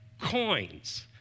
coins